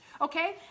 okay